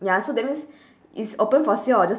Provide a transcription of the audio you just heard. ya so that means it's open for sale or just